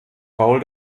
paul